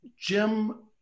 Jim